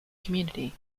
community